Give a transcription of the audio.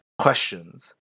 questions